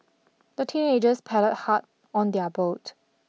the teenagers paddled hard on their boat